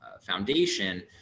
foundation